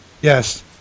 Yes